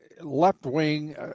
left-wing